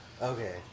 Okay